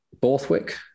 Borthwick